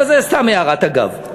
אבל זו סתם הערת אגב.